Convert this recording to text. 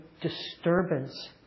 disturbance